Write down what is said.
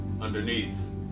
underneath